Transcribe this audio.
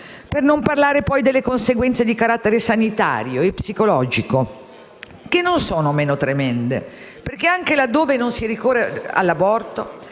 Per non parlare poi delle conseguenze di carattere sanitario e psicologico, che non sono meno tremende, perché anche laddove non si ricorre all'aborto,